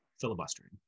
filibustering